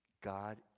God